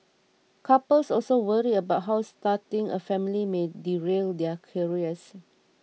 couples also worry about how starting a family may derail their careers